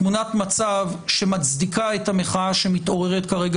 תמונת מצב שמצדיקה את המחאה שמתעוררת כרגע